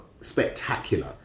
spectacular